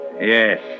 Yes